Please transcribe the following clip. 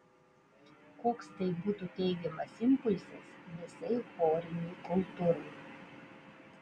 koks tai būtų teigiamas impulsas visai chorinei kultūrai